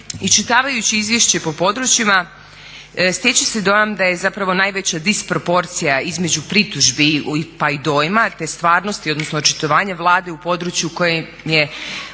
Iščitavajući izvješće po područjima stječe se dojam da je zapravo najveća disproporcija između pritužbi pa i dojma, te stvarnosti odnosno očitovanje Vlade u području u kojem je u najvećem